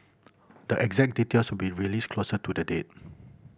the exact details be released closer to the date